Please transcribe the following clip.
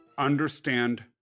understand